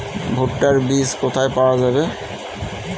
ভুট্টার বিজ কোথায় পাওয়া যাবে?